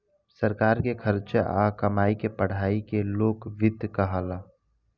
सरकार के खर्चा आ कमाई के पढ़ाई के लोक वित्त कहाला